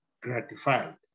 gratified